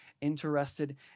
interested